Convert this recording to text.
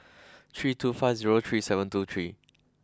three two five zero three seven two three